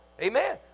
Amen